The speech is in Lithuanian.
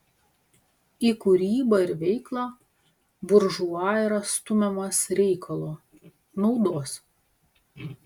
į kūrybą ir veiklą buržua yra stumiamas reikalo naudos